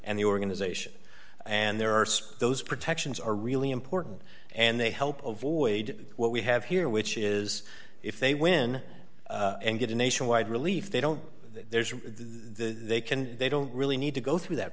and the organization and there are so those protections are really important and they help avoid what we have here which is if they win and get a nationwide relief they don't there's a they can they don't really need to go through that